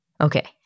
Okay